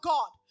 God